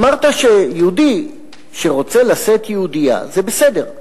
אמרת שיהודי שרוצה לשאת יהודייה, זה בסדר.